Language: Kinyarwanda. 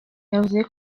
yavuze